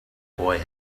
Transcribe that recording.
boy